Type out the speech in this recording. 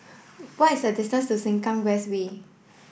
what is the distance to Sengkang West Way